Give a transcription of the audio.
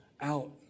out